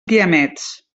guiamets